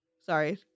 Sorry